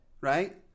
right